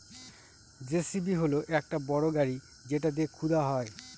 JCB হল একটা বড় গাড়ি যেটা দিয়ে খুদা হয়